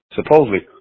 supposedly